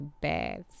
baths